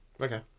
Okay